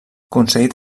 concedit